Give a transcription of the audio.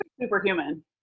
superhuman